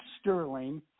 Sterling